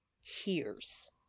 hears